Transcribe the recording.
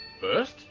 First